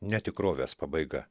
netikrovės pabaiga